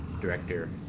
director